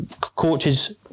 coaches